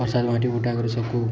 ପ୍ରସାଦ୍ ବାଣ୍ଟିବୁଣ୍ଟା କରି ସବ୍କୁ